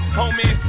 homie